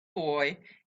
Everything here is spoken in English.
boy